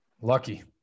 Lucky